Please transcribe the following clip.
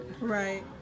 Right